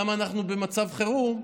אז למה אנחנו במצב חירום?